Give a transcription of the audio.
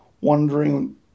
wondering